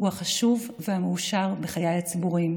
הוא החשוב והמאושר בחיי הציבוריים,